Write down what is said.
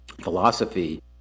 philosophy